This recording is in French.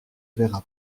verra